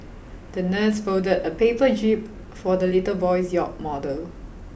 the nurse folded a paper jib for the little boy's yacht model